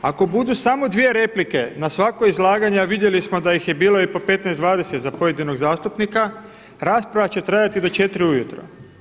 Ako budu samo 2 replike na svako izlaganje, a vidjeli smo da ih je bilo i po 15, 20 za pojedinog zastupnika rasprava će trajati do 4 ujutro.